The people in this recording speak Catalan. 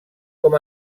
com